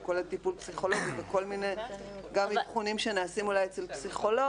והוא כולל טיפול פסיכולוגי וכל מיני אבחונים שנעשים אולי אצל פסיכולוג,